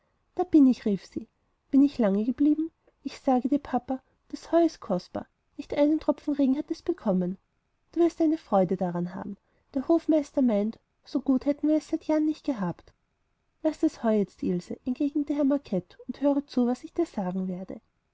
da bin ich rief sie bin ich lange geblieben ich sage dir papa das heu ist kostbar nicht einen tropfen regen hat es bekommen du wirst deine freude daran haben der hofmeister meint so gut hätten wir es seit jahren nicht gehabt laß das heu jetzt ilse entgegnete herr macket und höre zu was ich dir sagen werde